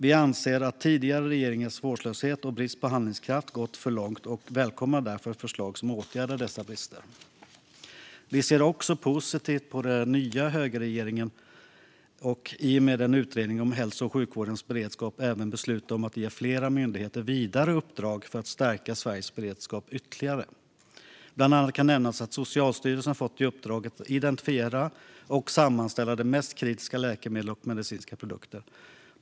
Vi anser att tidigare regeringars vårdslöshet och brist på handlingskraft gått så för långt. Vi välkomnar förslag som åtgärdar dessa brister. Vi ser också positivt på att den nya högerregeringen i och med utredningen om hälso och sjukvårdens beredskap även beslutat om att ge fler myndigheter vidare uppdrag för att stärka Sveriges beredskap ytterligare. Bland annat kan nämnas att Socialstyrelsen fått i uppdrag identifiera och sammanställa de mest kritiska läkemedlen och medicinska produkterna.